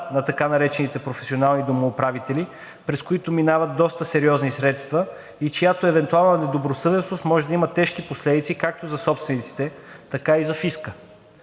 на така наречените професионални домоуправители, през които минават сериозни средства и чиято евентуална недобросъвестност може да има тежки последици както за съсобствениците, така и за фиска.